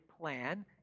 plan